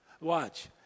Watch